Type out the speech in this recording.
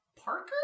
Parker